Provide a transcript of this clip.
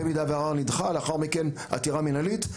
במידה והערר נדחה, לאחר מכן עתירה מינהלית.